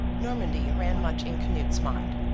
normandy ran much in canute's mind.